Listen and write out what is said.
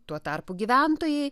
tuo tarpu gyventojai